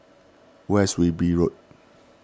where is Wilby Road